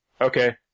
Okay